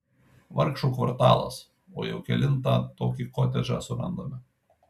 vargšų kvartalas o jau kelintą tokį kotedžą surandame